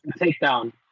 takedown